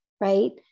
right